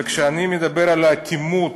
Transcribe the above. וכשאני מדבר על האטימות